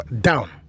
down